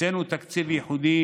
הקצינו תקציב ייחודי